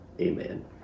amen